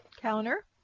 counter